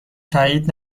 تأیید